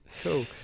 cool